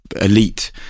elite